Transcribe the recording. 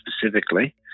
specifically